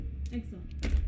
Excellent